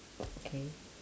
okay